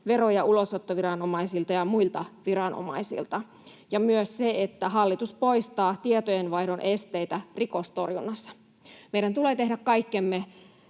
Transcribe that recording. vero- ja ulosottoviranomaisilta ja muilta viranomaisilta, ja myös se, että hallitus poistaa tietojenvaihdon esteitä rikostorjunnassa. Meidän tulee tehdä kaikkemme